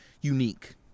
unique